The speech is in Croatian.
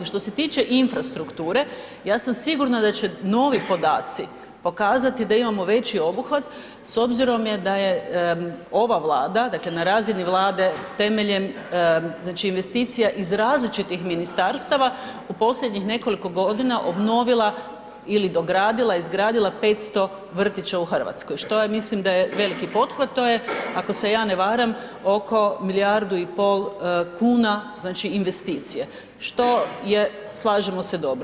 Što se tiče infrastrukture ja sam sigurna da će novi podaci pokazati da imamo veći obuhvat s obzirom je da je ova Vlade, dakle na razini Vlade temeljem, znači investicija iz različitih ministarstava u posljednjih nekoliko godina obnovila ili dogradila, izgradila 500 vrtića u RH, što ja mislim da je veliki pothvat, to je, ako se ja ne varam, oko milijardu i pol kuna, znači investicije, što je, slažemo se, dobro.